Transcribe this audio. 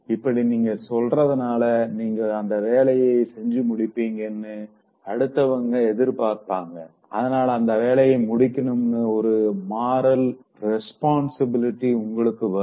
இப்படி நீங்க சொல்றதுநால நீங்க அந்த வேலைய செஞ்சு முடிப்பீங்கனு அடுத்தவங்க எதிர்பார்ப்பாங்க அதனால அந்த வேலைய முடிக்கணும்னு ஒரு மாறல் ரெஸ்பான்சிபிலிட்டி உங்களுக்குள்ள வரும்